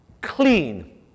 clean